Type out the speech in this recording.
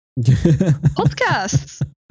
Podcasts